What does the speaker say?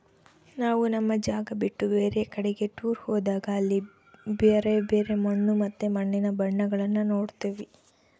ನಾವು ನಮ್ಮ ಜಾಗ ಬಿಟ್ಟು ಬೇರೆ ಕಡಿಗೆ ಟೂರ್ ಹೋದಾಗ ಅಲ್ಲಿ ಬ್ಯರೆ ಬ್ಯರೆ ಮಣ್ಣು ಮತ್ತೆ ಮಣ್ಣಿನ ಬಣ್ಣಗಳನ್ನ ನೋಡ್ತವಿ